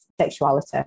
sexuality